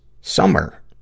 summer